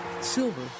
silver